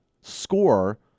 score